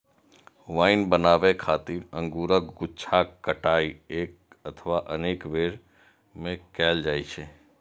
wine बनाबै खातिर अंगूरक गुच्छाक कटाइ एक अथवा अनेक बेर मे कैल जाइ छै